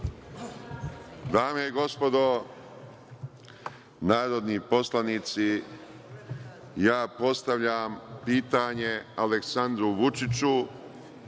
Dame i gospodo narodni poslanici, ja postavljam pitanje Aleksandru Vučiću